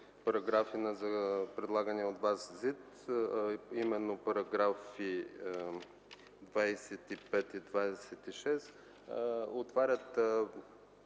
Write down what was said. параграфи на предлагания от Вас ЗИД, а именно параграфи 25 и 26, отварят